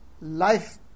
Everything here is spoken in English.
life